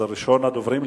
ראשון הדוברים,